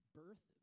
birth